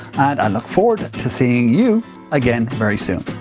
and i look forward to seeing you again, very soon.